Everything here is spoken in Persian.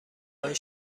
های